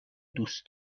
دوست